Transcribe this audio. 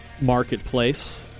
marketplace